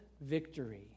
victory